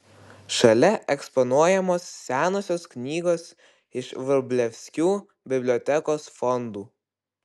šalia eksponuojamos senosios knygos iš vrublevskių bibliotekos fondų